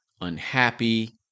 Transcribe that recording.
unhappy